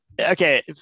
Okay